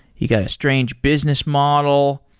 you got a strange business model.